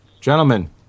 gentlemen